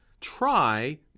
try